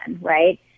right